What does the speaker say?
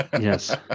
Yes